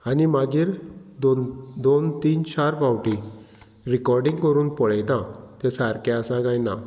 आनी मागीर दोन दोन तीन चार फावटी रिकोर्डिंग करून पळयता तें सारकें आसा कांय ना